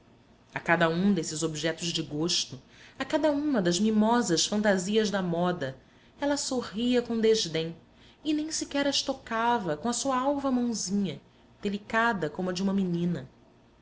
a cada um desses objetos de gosto a cada uma das mimosas fantasias da moda ela sorria com desdém e nem sequer as tocava com a sua alva mãozinha delicada como a de uma menina